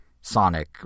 Sonic